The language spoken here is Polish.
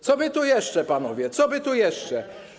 Co by tu jeszcze, panowie, co by tu jeszcze?